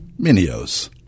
Minio's